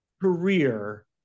career